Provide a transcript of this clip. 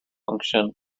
function